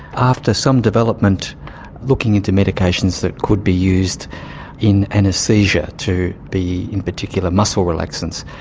after some development looking into medications that could be used in anaesthesia to be, in particular, muscle relaxants.